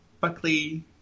Buckley